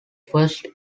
first